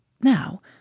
Now